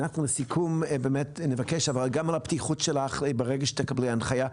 אבל גם על הפתיחות שלך, ברגע שתקבלי הנחיה.